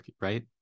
right